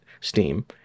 steam